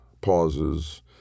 pauses